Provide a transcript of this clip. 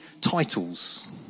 titles